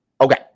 Okay